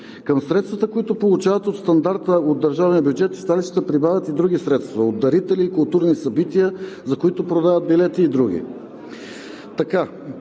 Към средствата, които получават от държавния бюджет, читалищата прибавят и други средства – от дарители, културни събития, за които продават билети, и други.